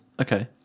Okay